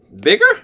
Bigger